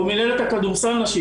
או מינהלת כדורסל נשים,